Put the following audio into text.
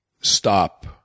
stop